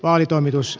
vaalitoimitus